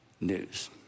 news